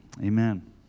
Amen